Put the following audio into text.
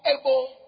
able